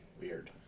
Weird